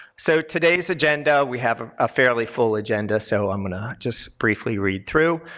so today's agenda, we have a fairly full agenda so i'm going to just briefly read through.